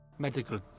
Medical